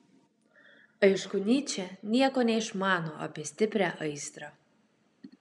aišku nyčė nieko neišmano apie stiprią aistrą